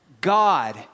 God